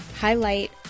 highlight